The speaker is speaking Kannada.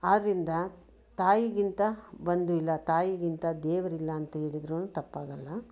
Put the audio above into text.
ಆದ್ದರಿಂದ ತಾಯಿಗಿಂತ ಬಂಧುವಿಲ್ಲ ತಾಯಿಗಿಂತ ದೇವರಿಲ್ಲ ಅಂತ ಹೇಳಿದ್ರೂನು ತಪ್ಪಾಗಲ್ಲ